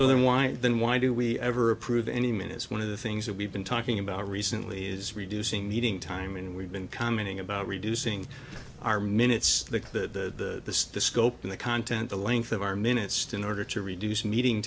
so then why then why do we ever approve any minutes one of the things that we've been talking about recently is reducing meeting time and we've been commenting about reducing our minutes the scope of the content the length of our minutest in order to reduce meeting